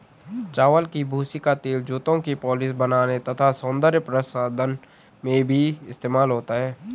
चावल की भूसी का तेल जूतों की पॉलिश बनाने तथा सौंदर्य प्रसाधन में भी इस्तेमाल होता है